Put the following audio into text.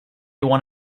one